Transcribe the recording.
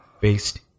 based